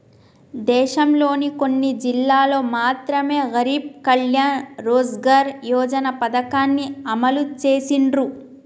దేశంలోని కొన్ని జిల్లాల్లో మాత్రమె గరీబ్ కళ్యాణ్ రోజ్గార్ యోజన పథకాన్ని అమలు చేసిర్రు